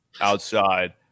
outside